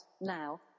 now